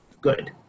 good